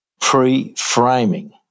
pre-framing